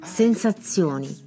sensazioni